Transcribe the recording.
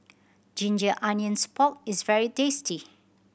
ginger onions pork is very tasty